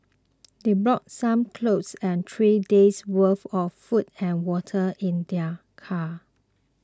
they brought some clothes and three days' worth of food and water in their car